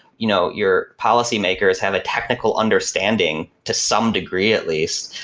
you know your policy-makers have a technical understanding to some degree at least,